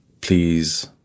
please